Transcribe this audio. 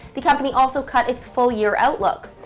the company also cut its full-year outlook.